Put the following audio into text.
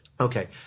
Okay